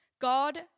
God